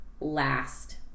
last